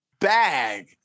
bag